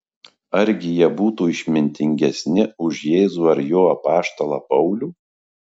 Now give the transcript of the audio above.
argi jie būtų išmintingesni už jėzų ar jo apaštalą paulių